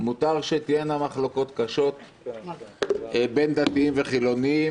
מותר שתהיינה מחלוקות קשות בין דתיים וחילוניים,